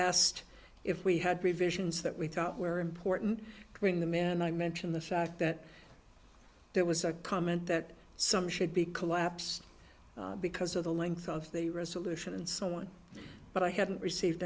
asked if we had revisions that we thought were important when the man i mentioned the fact that there was a comment that some should be collapsed because of the length of the resolution and so on but i hadn't received